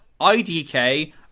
IDK